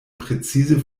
präzise